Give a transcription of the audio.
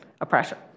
oppression